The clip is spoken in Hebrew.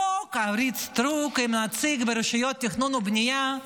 חוק אורית סטרוק, נציג ברשויות תכנון ובנייה.